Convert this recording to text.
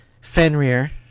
Fenrir